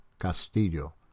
Castillo